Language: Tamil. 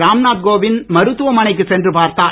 ராம்நாத்கோவிந்த் மருத்துவமனைக்கு சென்று பார்த்தார்